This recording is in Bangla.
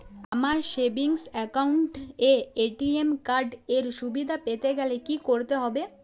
আমার সেভিংস একাউন্ট এ এ.টি.এম কার্ড এর সুবিধা পেতে গেলে কি করতে হবে?